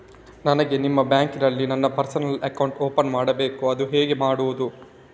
ನನಗೆ ನಿಮ್ಮ ಬ್ಯಾಂಕಿನಲ್ಲಿ ನನ್ನ ಪರ್ಸನಲ್ ಅಕೌಂಟ್ ಓಪನ್ ಮಾಡಬೇಕು ಅದು ಹೇಗೆ ಮಾಡುವುದು?